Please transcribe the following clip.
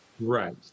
Right